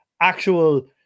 actual